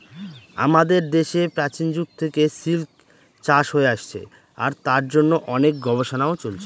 আমাদের দেশে প্রাচীন যুগ থেকে সিল্ক চাষ হয়ে আসছে আর তার জন্য অনেক গবেষণাও চলছে